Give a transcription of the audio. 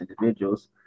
individuals